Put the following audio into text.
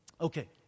Okay